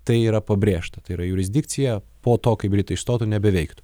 tai yra pabrėžta tai yra jurisdikcija po to kai britai išstotų nebeveiktų